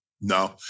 No